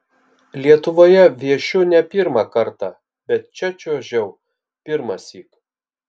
lietuvoje viešiu ne pirmą kartą bet čia čiuožiau pirmąsyk